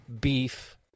Beef